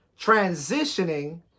transitioning